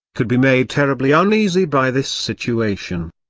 could be made terribly uneasy by this situation.